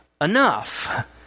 enough